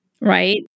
right